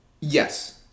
Yes